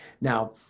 Now